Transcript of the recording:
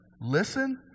Listen